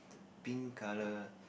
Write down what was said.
pink colour